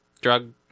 drug